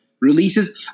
releases